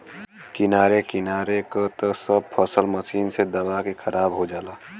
किनारे किनारे क त सब फसल मशीन से दबा के खराब हो जाला